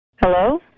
Hello